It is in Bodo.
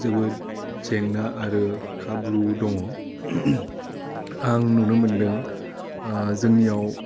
जोबोद जेंना आरो खाबु दङ आं नुनो मोन्दों जोंनियाव